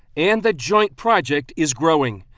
and the joint project is growing.